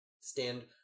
stand